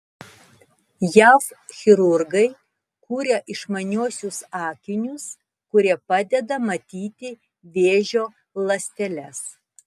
jav chirurgai kuria išmaniuosius akinius kurie padeda matyti vėžio ląsteles